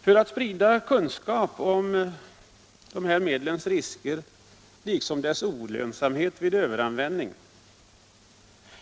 För att sprida ökad kunskap om medlens risker liksom om deras olönsamhet vid överanvändning